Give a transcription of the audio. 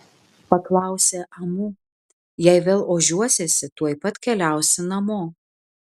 paklausė amu jei vėl ožiuosiesi tuoj pat keliausi namo